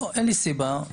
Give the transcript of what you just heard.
אין לי סיבה.